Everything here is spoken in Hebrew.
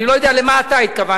אני לא יודע למה אתה התכוונת,